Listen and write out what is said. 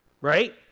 right